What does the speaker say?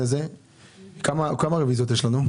אני מבקש לפתוח את הרוויזיה לדיון ולא להצביע